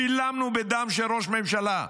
שילמנו בדם של ראש ממשלה.